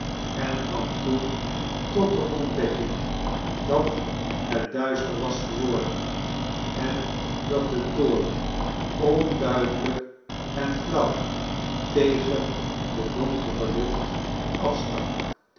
en kwam toen tot de ontdekking dat het duister was geworden en dat de toren onduidelijk en flauw tegen de donkere lucht afstak